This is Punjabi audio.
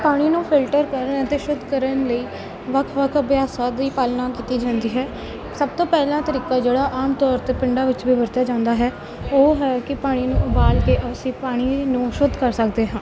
ਪਾਣੀ ਨੂੰ ਫਿਲਟਰ ਕਰਨ ਅਤੇ ਸ਼ੁੱਧ ਕਰਨ ਲਈ ਵੱਖ ਵੱਖ ਅਭਿਆਸਾਂ ਦੀ ਪਾਲਣਾ ਕੀਤੀ ਜਾਂਦੀ ਹੈ ਸਭ ਤੋਂ ਪਹਿਲਾ ਤਰੀਕਾ ਜਿਹੜਾ ਆਮ ਤੌਰ 'ਤੇ ਪਿੰਡਾਂ ਵਿੱਚ ਵੀ ਵਰਤਿਆ ਜਾਂਦਾ ਹੈ ਉਹ ਹੈ ਕਿ ਪਾਣੀ ਨੂੰ ਉਬਾਲ ਕੇ ਅਸੀਂ ਪਾਣੀ ਨੂੰ ਸ਼ੁੱਧ ਕਰ ਸਕਦੇ ਹਾਂ